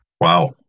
Wow